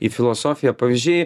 į filosofiją pavyzdžiai